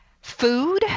food